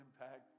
impact